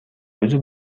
өзү